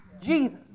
Jesus